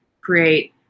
create